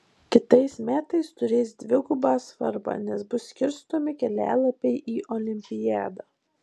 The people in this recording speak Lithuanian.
kitais metais turės dvigubą svarbą nes bus skirstomi kelialapiai į olimpiadą